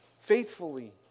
Faithfully